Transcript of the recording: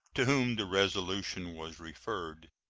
to whom the resolution was referred.